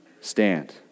stand